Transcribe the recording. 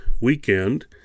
weekend